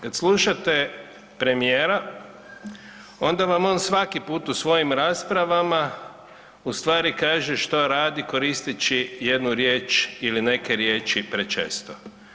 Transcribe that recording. Kad slušate premijera onda vam on svaki put u svojim raspravama u stvari kaže što radi koristeći jednu riječ ili neke riječi prečesto.